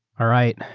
all right.